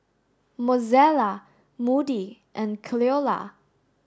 Mozella Moody and Cleola